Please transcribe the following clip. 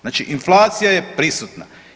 Znači inflacija je prisutna.